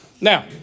Now